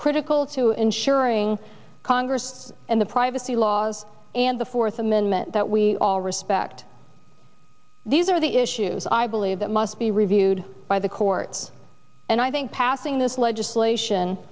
critical to ensuring congress and the privacy laws and the fourth amendment that we all respect these are the issues i believe that must be reviewed by the courts and i think passing this legislation